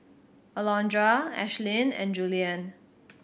Alondra Ashlyn and Juliann